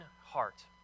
heart